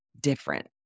different